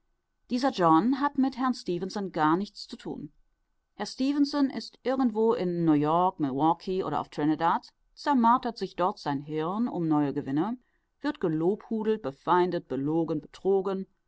dieser john hat mit herrn stefenson gar nichts zu tun herr stefenson ist irgendwo in neuyork milwaukee oder auf trinidad zermartert sich dort sein hirn um neue gewinne wird gelobhudelt befeindet belogen betrogen